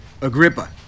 Agrippa